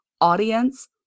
audience